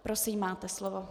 Prosím, máte slovo.